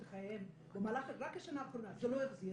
חייהן רק במהלך השנה האחרונה זה לא יחזיר.